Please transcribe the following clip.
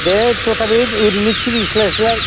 दे थथाफि ओरैनो सिरिस्लायस्लाय